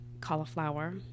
cauliflower